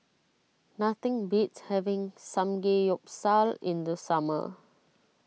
nothing beats having Samgeyopsal in the summer